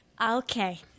Okay